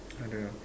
I don't know